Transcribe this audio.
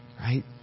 Right